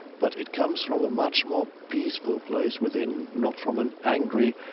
but it comes from a much more peaceful place within, not from an angry